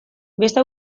beste